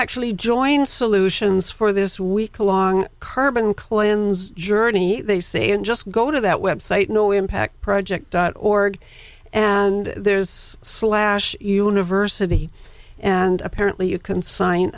actually join solutions for this week along curb and cleanse journey they say and just go to that website no impact project dot org and there's slash university and apparently you can sign